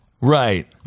right